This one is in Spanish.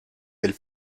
del